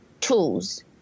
tools